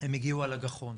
הם הגיעו על הגחון.